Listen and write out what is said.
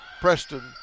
Preston